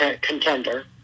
contender